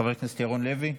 חבר הכנסת ירון לוי,